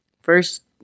First